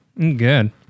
Good